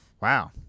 Wow